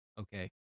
okay